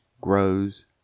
grows